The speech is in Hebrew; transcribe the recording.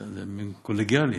קולגיאלית,